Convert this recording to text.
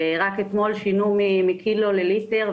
רק אתמול שינו מקילו לליטר,